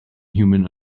human